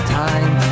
time